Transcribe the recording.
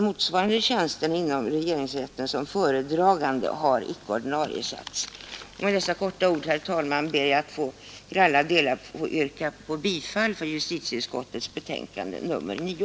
Motsvarande tjänster inom regeringsrätten som föredragande är icke ordinarie tjänster. Med dessa få ord ber jag, herr talman, att till alla delar få yrka bifall till justitieutskottets betänkande nr 9.